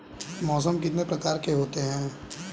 मौसम कितने प्रकार के होते हैं?